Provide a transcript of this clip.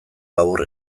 labur